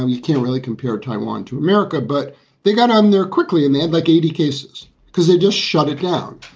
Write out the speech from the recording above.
um you can't really compare taiwan to america, but they got on there quickly and they had like eighty cases because they just shut it down.